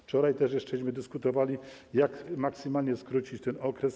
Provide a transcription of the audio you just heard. Wczoraj też jeszcze dyskutowaliśmy, jak maksymalnie skrócić ten okres.